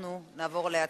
אנחנו נעבור להצבעה.